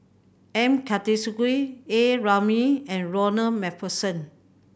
M Karthigesu A Ramli and Ronald Macpherson